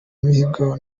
mihigo